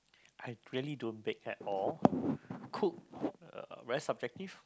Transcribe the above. I really don't bake at all cook uh very subjective